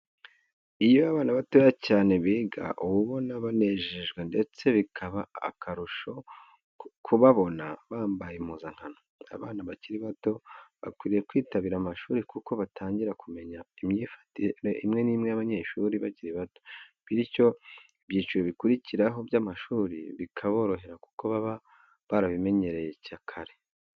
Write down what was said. Iyo abana batoya cyane biga, uba ubona binejeje ndetse bikaba aharusho kubabona bambaye impuzankano. Abana bakiri bato bakwiriye kwitabira amashuri kuko batangira kumenya imyifatire imwe n'imwe y'abanyeshuri bakiri bato, bityo ibyiciro bikurukiraho by'amashuri bikaborohera kuko baba barabimenyereye kare.